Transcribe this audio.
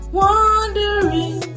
wandering